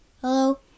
hello